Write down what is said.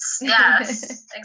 yes